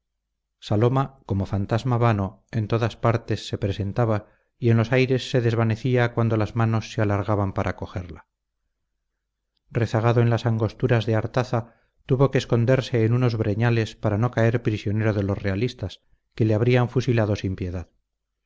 saloma como fantasma vano en todas partes se presentaba y en los aires se desvanecía cuando las manos se alargaban para cogerla rezagado en las angosturas de artaza tuvo que esconderse en unos breñales para no caer prisionero de los realistas que le habrían fusilado sin piedad